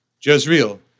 Jezreel